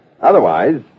Otherwise